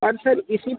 और सर इसी